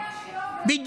הבעיה שלו, בדיוק.